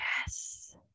Yes